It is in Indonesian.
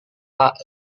pak